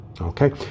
Okay